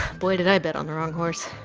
boy did i bet on the wrong horse